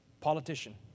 politician